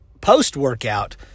post-workout